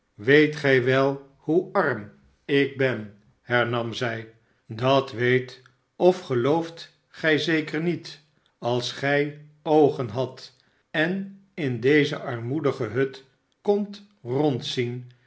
weet gij wel hoe arm ik ben hernam zij dat weet of gelooft gij zeker niet als gij oogen hadt en in deze armoedige hut kondt